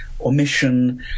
omission